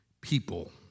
people